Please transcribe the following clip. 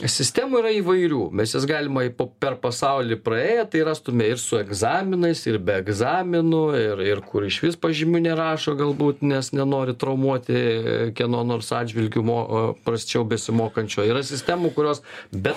sistemų yra įvairių mes jas galima po per pasaulį praėję tai rastume ir su egzaminais ir be egzaminų ir ir kur išvis pažymių nerašo galbūt nes nenori traumuoti kieno nors atžvilgiu mo o prasčiau besimokančio yra sistemų kurios bet